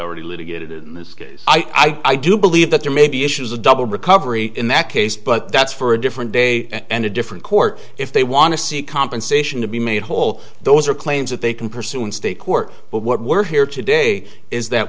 already litigated in this case i do believe that there may be issues of double recovery in that case but that's for a different day and a different court if they want to see compensation to be made whole those are claims that they can pursue in state court but what we're here today is that